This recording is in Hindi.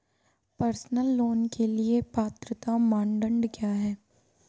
पर्सनल लोंन के लिए पात्रता मानदंड क्या हैं?